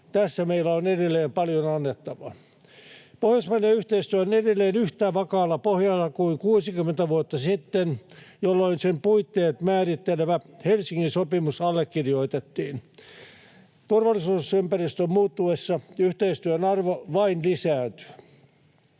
Tässä meillä on edelleen paljon annettavaa. Pohjoismainen yhteistyö on edelleen yhtä vakaalla pohjalla kuin 60 vuotta sitten, jolloin sen puitteet määrittelevä Helsingin sopimus allekirjoitettiin. Turvallisuusympäristön muuttuessa yhteistyön arvo vain lisääntyy.